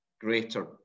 greater